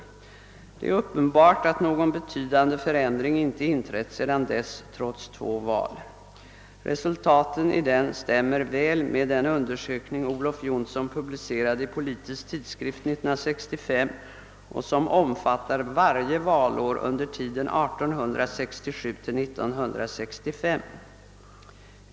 Det är uppenbart, att någon betydande förändring inte inträtt sedan dess, trots två mellanliggande val. Resultaten i denna undersökning stämmer väl överens med den undersökning, som Olof Jonsson publicerade i Politisk Tidskrift 1965 och som omfattar varje valår under tiden 1867—1965.